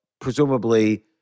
presumably